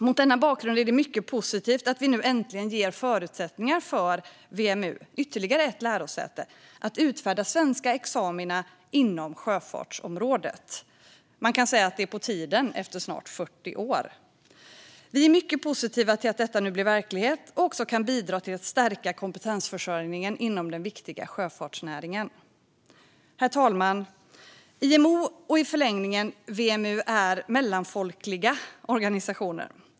Mot denna bakgrund är det mycket positivt att vi nu äntligen ger förutsättningar för ytterligare ett lärosäte, WMU, att utfärda svenska examina inom sjöfartsområdet. Man kan säga att det är på tiden efter snart 40 år. Vi är mycket positiva till att detta nu blir verklighet. Det kan bidra till att stärka kompetensförsörjningen inom den viktiga sjöfartsnäringen. Herr talman! IMO och i förlängningen WMU är mellanfolkliga organisationer.